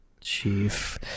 chief